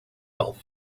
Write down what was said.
health